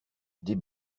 des